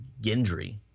Gendry